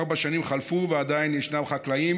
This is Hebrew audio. ארבע שנים חלפו ועדיין ישנן חקלאים